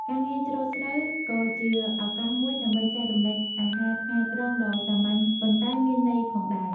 ការងារច្រូតស្រូវក៏ជាឱកាសមួយដើម្បីចែករំលែកអាហារថ្ងៃត្រង់ដ៏សាមញ្ញប៉ុន្តែមានន័យផងដែរ។